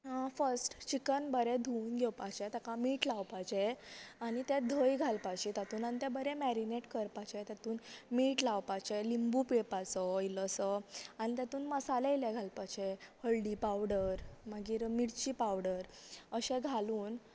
अ first chicken बरे धुवन घेवपाते ताका मीट लावपाचे आना ते धंय घालपाचे तातूंत आनी ते बरे मॅरिनेट करपाचे तातूंत मीठ लावपाचे लिंबू पिळपाचो इल्लोसो आनी तातूंत मसाले इल्ले घालपाचे हळडी पावडर मागीर मिरची पावडर अशे घालून